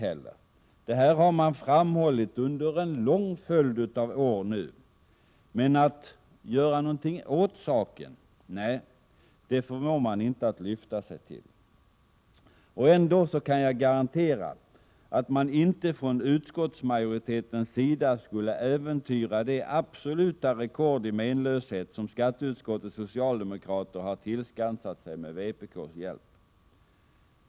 Det som sägs har man framhållit under en lång följd av år. Men att göra något åt saken, det förmår man inte. Ändå kan jag garantera att man inte från utskottsmajoritetens sida skulle äventyra det absoluta rekord i menlöshet som skatteutskottets socialdemokrater har tillskansat sig med vpk:s hjälp.